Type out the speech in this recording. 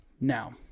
Now